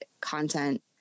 content